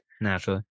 Naturally